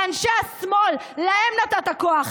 לאנשי השמאל, להם נתת כוח.